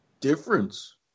Difference